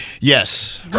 Yes